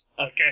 Okay